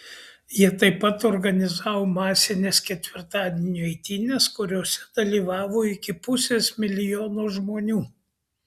jie taip pat organizavo masines ketvirtadienio eitynes kuriose dalyvavo iki pusės milijono žmonių